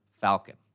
falcon